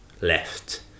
left